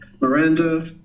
Miranda